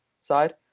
side